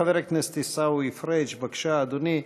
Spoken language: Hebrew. חבר הכנסת עיסאווי פריג' בבקשה, אדוני.